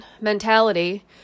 mentality